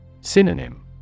Synonym